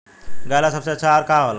गाय ला सबसे अच्छा आहार का होला?